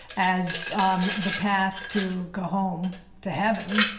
as um the path to go home to heaven,